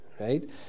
right